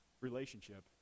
relationship